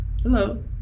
Hello